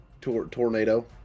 tornado